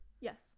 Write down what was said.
Yes